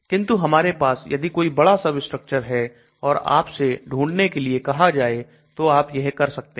किंतु हमारे पास यदि कोई बड़ा सब स्ट्रक्चर है और आपसे ढूंढने के लिए कहा जाए तो आप यह कर सकते हैं